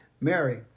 Mary